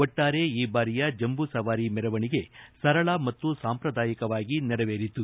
ಒಟ್ಟಾರೆ ಈ ಬಾರಿಯ ಜಂಬೂ ಸವಾರಿ ಮೆರವಣಿಗೆ ಸರಳ ಮತ್ತು ಸಾಂಪ್ರದಾಯಿಕವಾಗಿ ನೆರವೇರಿತು